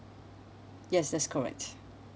yes that's correct